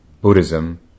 Buddhism